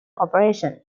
operation